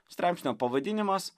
straipsnio pavadinimas